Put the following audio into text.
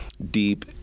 deep